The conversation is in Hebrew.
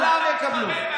כולם יקבלו.